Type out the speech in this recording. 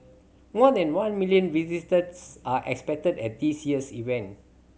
more than one million visitors are expected at this year's event